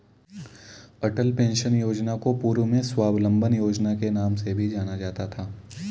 अटल pension योजना को पूर्व में स्वाबलंबन योजना के नाम से भी जाना जाता था